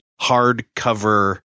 hardcover